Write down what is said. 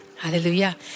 Hallelujah